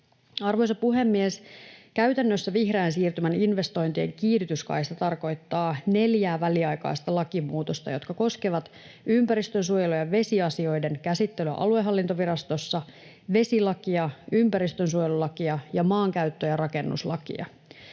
Arvoisa puhemies! Käytännössä vihreän siirtymän investointien kiihdytyskaista tarkoittaa neljää väliaikaista lakimuutosta, jotka koskevat ympäristönsuojelu- ja vesiasioiden käsittelyä aluehallintovirastossa, vesilakia ja ympäristönsuojelulakia ja maankäyttö- ja rakennuslakia.